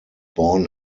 born